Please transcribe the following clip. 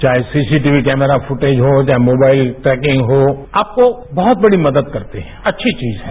चाहे CCTV camera footage हो चाहे मोबाइल ट्रेकिंग हो आपको बहुत बड़ी मदद करती है अच्छी चीज है